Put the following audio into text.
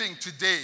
today